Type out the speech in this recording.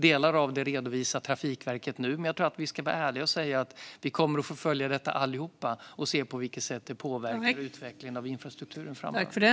Delar av det redovisar Trafikverket nu. Men jag tror att vi ska vara ärliga och säga att vi alla kommer att få följa detta och se på vilket sätt det påverkar utvecklingen av infrastrukturen framöver.